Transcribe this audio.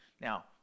Now